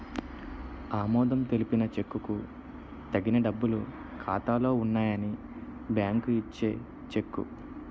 ఆమోదం తెలిపిన చెక్కుకు తగిన డబ్బులు ఖాతాలో ఉన్నాయని బ్యాంకు ఇచ్చే చెక్కు